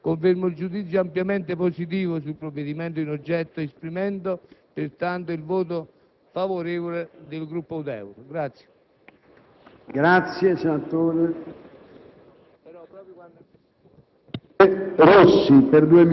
Per queste ragioni, a nome dei Popolari-Udeur, confermo il giudizio ampiamente positivo sul provvedimento in oggetto, dichiarando pertanto il voto favorevole del Gruppo UDEUR.